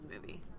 movie